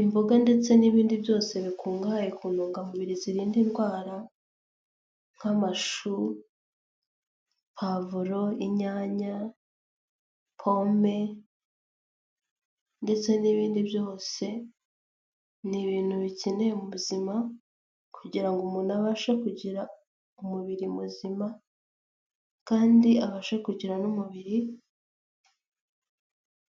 Imboga ndetse n'ibindi byose bikungahaye ku ntungamubiri zirinda indwara nk'amashu, pavuro, inyanya, pome ndetse n'ibindi byose, ni ibintu bikenewe mu buzima kugira ngo umuntu abashe kugira umubiri muzima kandi abashe kugira n'umubiri